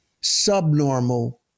subnormal